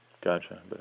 Gotcha